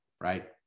right